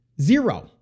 Zero